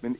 Men